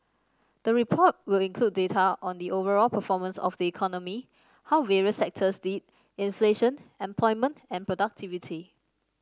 the report will include data on the overall performance of the economy how various sectors did inflation employment and productivity